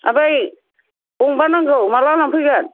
ओमफ्राय गंबा नांगौ माला लांफैगोन